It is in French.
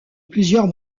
plusieurs